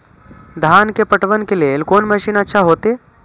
धान के पटवन के लेल कोन मशीन अच्छा होते?